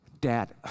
dad